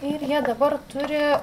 ir jie dabar turi